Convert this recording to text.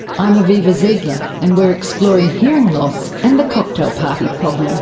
i'm aviva ziegler and we're exploring hearing loss and the cocktail party problem.